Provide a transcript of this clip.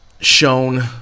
shown